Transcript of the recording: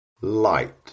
Light